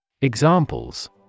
Examples